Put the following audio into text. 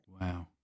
Wow